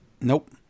Nope